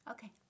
Okay